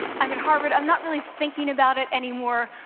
i'm at harvard, i'm not really thinking about it anymore,